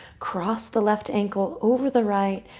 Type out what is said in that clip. cross the left ankle over the right,